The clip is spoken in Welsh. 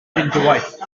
hindŵaeth